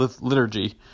liturgy